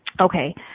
Okay